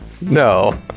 No